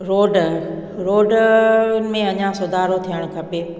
road रोडियुनि में अञा सुधारो थियणु खपे